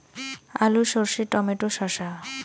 আলু সর্ষে টমেটো শসা